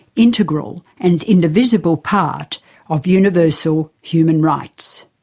integral and indivisible part of universal human rights.